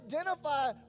identify